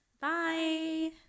Bye